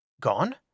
Gone